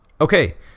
Okay